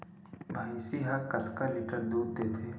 भंइसी हा कतका लीटर दूध देथे?